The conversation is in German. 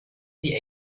sie